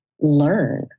learn